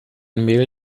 mel